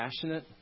passionate